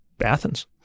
Athens